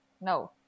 no